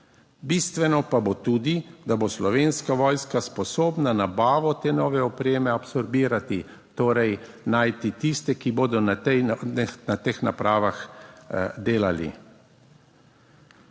Bistveno pa bo tudi, da bo Slovenska vojska sposobna nabavo te nove opreme absorbirati, torej najti tiste, ki bodo na teh napravah delali.